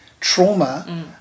trauma